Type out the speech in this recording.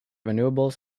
renewables